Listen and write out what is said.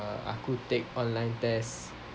aku take online test